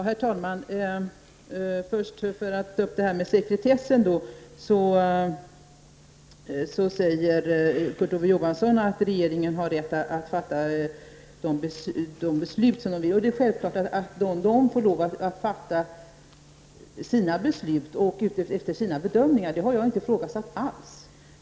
Herr talman! Jag tar upp frågan om sekretessen först. Kurt Ove Johansson säger att regeringen har rätt att fatta de beslut som den vill. Det är självklart att regeringen får fatta sina beslut efter sina bedömningar. Det har jag inte ifrågasatt alls.